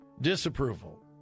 disapproval